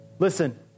Listen